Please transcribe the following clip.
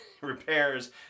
repairs